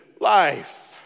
life